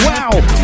Wow